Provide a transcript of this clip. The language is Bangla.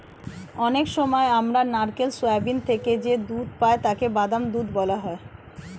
অনেক সময় আমরা নারকেল, সোয়াবিন থেকে যে দুধ পাই তাকে বাদাম দুধ বলা হয়